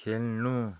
खेल्नु